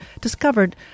discovered